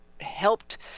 helped